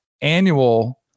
annual